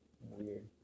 weird